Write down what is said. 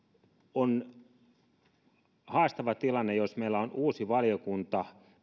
on haastava tilanne jos meillä on uusi valiokunta